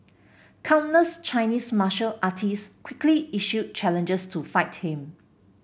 countless Chinese martial artists quickly issued challenges to fight him